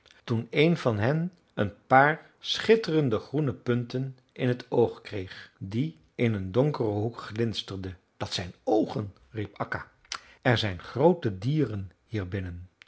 toen een van hen een paar schitterende groene punten in t oog kreeg die in een donkeren hoek glinsterden dat zijn oogen riep akka er zijn groote dieren